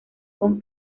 con